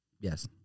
Yes